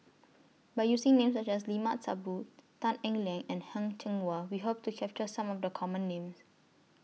By using Names such as Limat Sabtu Tan Eng Liang and Heng Cheng Hwa We Hope to capture Some of The Common Names